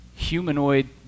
humanoid